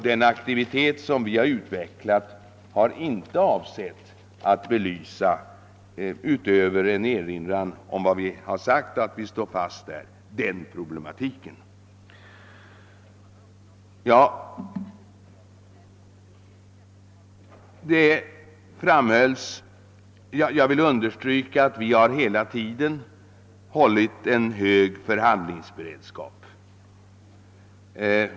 Den aktivitet som vi har utvecklat har inte avsett att belysa den problematiken utöver en erinran om att vi står fast vid neutralitetspolitiken. : Jag vill understryka att vi hela tiden har hållit en hög förhandlingsberedskap.